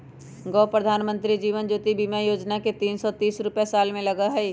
गो प्रधानमंत्री जीवन ज्योति बीमा योजना है तीन सौ तीस रुपए साल में लगहई?